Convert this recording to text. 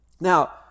now